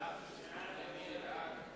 וקבוצת סיעת האיחוד הלאומי לסעיף 31(16)